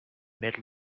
mid